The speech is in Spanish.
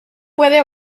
puede